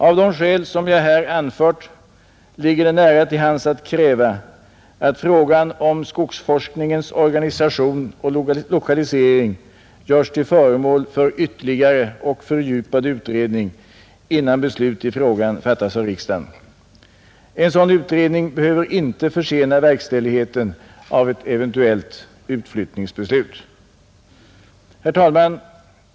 Av de skäl som jag här anfört ligger det nära till hands att kräva att frågan om skogsforskningens organisation och lokalisering görs till föremål för ytterligare och fördjupad utredning, innan beslut i frågan fattas av riksdagen. En sådan utredning behöver inte försena verkställigheten av ett eventuellt utflyttningsbeslut. Herr talman!